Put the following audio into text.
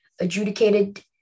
adjudicated